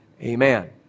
Amen